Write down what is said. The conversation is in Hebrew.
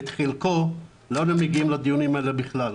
את חלקו, לא היינו מגיעים לדיונים האלה בכלל.